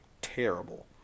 terrible